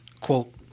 quote